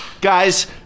guys